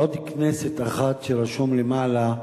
עוד כנסת אחת שבה רשום למעלה: